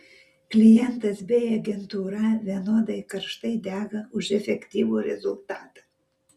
klientas bei agentūra vienodai karštai dega už efektyvų rezultatą